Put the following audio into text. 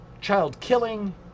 Child-killing